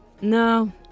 No